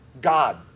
God